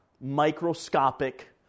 microscopic